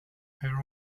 her